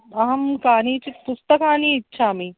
अहं कानिचित् पुस्तकानि इच्छामि